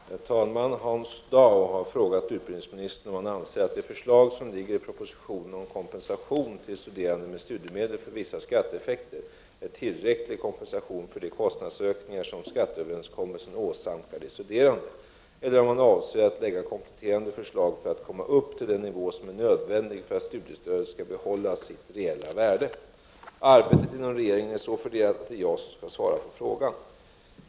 Herr talman! Hans Dau har frågat utbildningsministern om han anser att det förslag som ligger i propositionen om kompensation för vissa skatteeffekter till studerande med studiemedel är tillräcklig kompensation för de kostnadsökningar som skatteöverenskommelsen åsamkar de studerande eller om han avser att framlägga kompletterande förslag för att komma upp till den nivå som är nödvändig för att studiestödet skall behålla sitt reella värde. Arbetet inom regeringen är så fördelat att det är jag som skall svara på frågan.